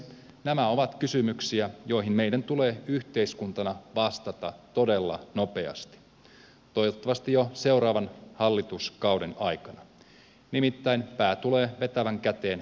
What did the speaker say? nämä ovat kysymyksiä joihin meidän tulee yhteiskuntana vastata todella nopeasti toivottavasti jo seuraavan hallituskauden aikana nimittäin pää tulee vetävän käteen nopeasti